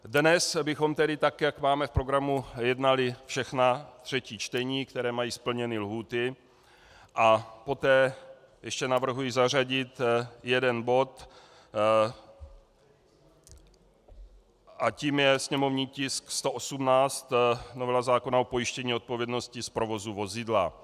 Dnes bychom, tak jak máme v programu, jednali všechna třetí čtení, která mají splněny lhůty, a poté ještě navrhuji zařadit jeden bod a tím je sněmovní tisk 118, novela zákona o pojištění odpovědnosti z provozu vozidla.